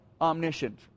omniscient